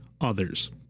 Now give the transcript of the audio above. others